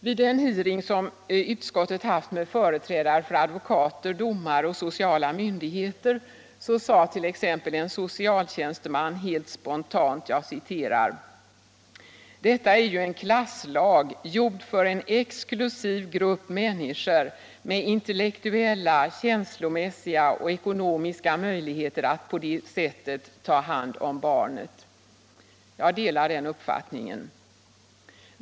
Vid den hearing som utskottet haft med företrädare för advokater, domare och sociala myndigheter sade t.ex. en socialtjänsteman helt spontant: ”Detta är ju en klasslag, gjord för en exklusiv grupp människor med intellektuella, känslomässiga och ekonomiska möjligheter att på det sättet ta hand om barnet.” Jag delar den uppfattningen.